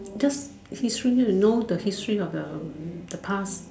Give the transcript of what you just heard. just history know the history of the past